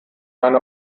eine